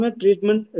treatment